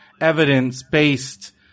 evidence-based